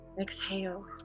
Exhale